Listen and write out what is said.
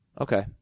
Okay